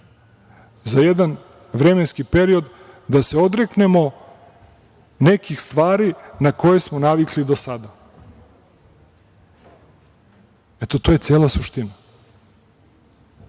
za jedan vremenski period da se odreknemo nekih stvari na koje smo navikli do sada. To je cela suština.